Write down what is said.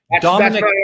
Dominic